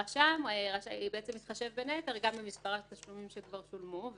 הרשם יתחשב בין היתר גם במספר התשלומים שכבר שולמו.